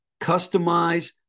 Customize